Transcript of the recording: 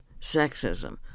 sexism